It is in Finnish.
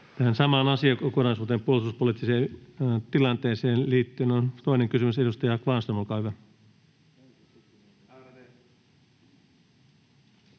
Tähän samaan asiakokonaisuuteen, puolustuspoliittiseen tilanteeseen, liittyen on toinen kysymys. — Edustaja Kvarnström, olkaa hyvä.